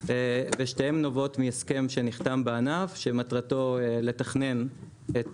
ושתיהן נובעות מהסכם שנחתם בענף שמטרתו לתכנן את